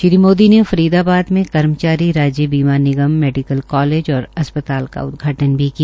श्री मोदी ने फरीदाबाद में कर्मचारी राज्य बीमा निमग मैडिकल कालेज और अस्पताल का उदघाटन भी किया